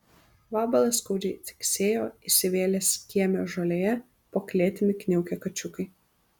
vabalas skaudžiai ciksėjo įsivėlęs kieme žolėje po klėtimi kniaukė kačiukai